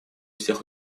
всех